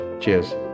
Cheers